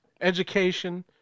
education